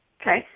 Okay